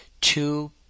two